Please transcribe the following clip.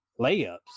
layups